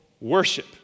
worship